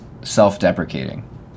self-deprecating